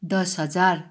दस हजार